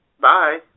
Bye